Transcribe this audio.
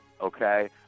okay